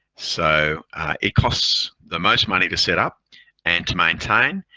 so it costs the most money to set up and to maintain,